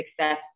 success